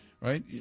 Right